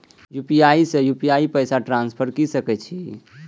UPI से UPI पैसा transfer की सके छी?